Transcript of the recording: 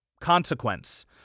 consequence